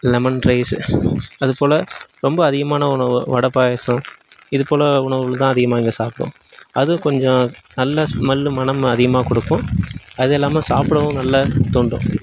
lemon rice அதுபோல ரொம்ப அதிகமான உணவு வடை பாயாசம் இதுபோல உணவுகள் தான் அதிகமாக இங்கே சாப்பிடுவோம் அது கொஞ்சம் நல்லா ஸ்மெல்லு மணம் அதிகமாக கொடுக்கும் அது இல்லாமல் சாப்பிடவும் நல்லா தூண்டும்